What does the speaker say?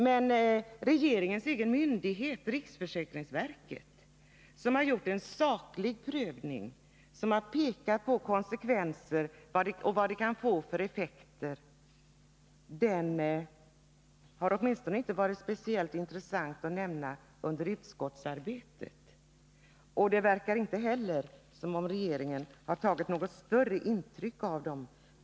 Men regeringens egen myndighet, riksförsäkringsverket, har gjort en saklig prövning och pekat på vad detta kan få för konsekvenser. Denna prövning har det inte varit speciellt intressant att nämna under utskottsarbetet, och det verkar inte heller som om regeringen tagit något större intryck av den.